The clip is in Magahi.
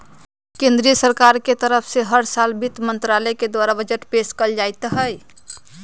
केन्द्र सरकार के तरफ से हर साल वित्त मन्त्रालय के द्वारा बजट पेश कइल जाईत हई